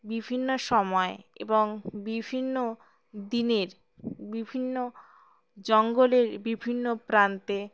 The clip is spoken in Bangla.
বিভিন্ন সময় এবং বিভিন্ন দিনের বিভিন্ন জঙ্গলের বিভিন্ন প্রান্তে